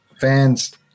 fans